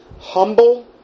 humble